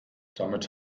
damit